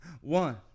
one